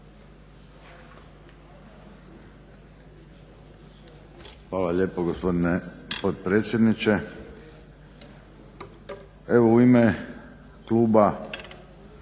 Hvala lijepo gospodine potpredsjedniče. Evo u ime kluba